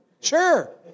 Sure